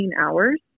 hours